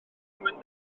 mwyn